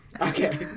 Okay